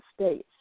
states